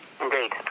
Indeed